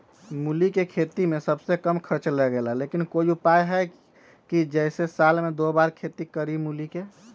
मूली के खेती में सबसे कम खर्च लगेला लेकिन कोई उपाय है कि जेसे साल में दो बार खेती करी मूली के?